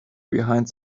behind